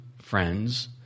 friends